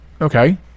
okay